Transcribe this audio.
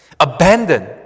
Abandon